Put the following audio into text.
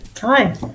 Hi